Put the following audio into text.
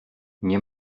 nie